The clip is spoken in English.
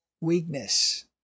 weakness